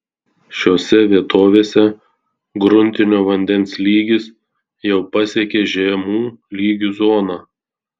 šiose vietovėse gruntinio vandens lygis jau pasiekė žemų lygių zoną